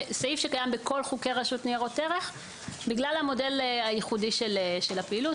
זה סעיף שקיים בכל חוקי רשות ניירות ערך בגלל המודל הייחודי של הפעילות,